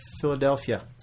Philadelphia